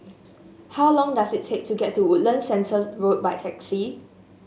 how long does it take to get to Woodlands Centre Road by taxi